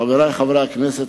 חברי חברי הכנסת,